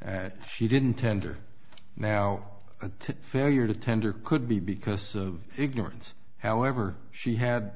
that she didn't tender now a failure to tender could be because of ignorance however she had